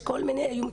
יש כל מיני איומים